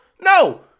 No